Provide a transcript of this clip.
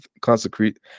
consecrate